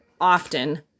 often